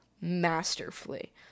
masterfully